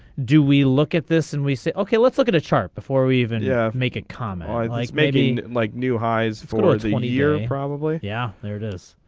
do we look at this and we say ok let's look at a chart before we even yeah make a comment i'd like maybe like new highs for the one year probably yeah there it is.